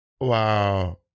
Wow